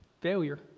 failure